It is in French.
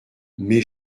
mais